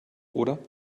oder